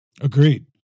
Agreed